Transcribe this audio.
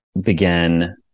began